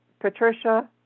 Patricia